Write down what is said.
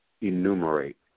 enumerate